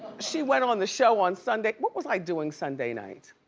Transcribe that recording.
she went on the show on sunday, what was i doing sunday night?